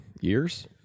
years